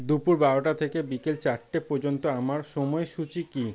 দুপুর বারোটা থেকে বিকেল চারটে পর্যন্ত আমার সময়সূচি কী